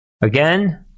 again